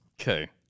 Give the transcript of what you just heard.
Okay